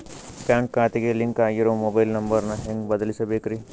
Bank ಖಾತೆಗೆ link ಆಗಿರೋ mobile number ನ ಹೆಂಗ್ ಬದಲಿಸಬೇಕ್ರಿ?